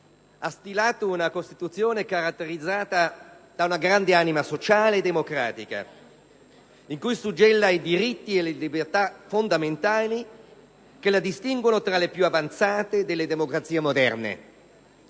ha stilato una Costituzione caratterizzata da una grande anima sociale e democratica, in cui suggella i diritti e le libertà fondamentali, che la distinguono tra le più avanzate delle democrazie moderne.